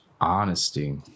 honesty